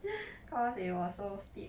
cause it was so steep